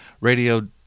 radio